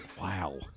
Wow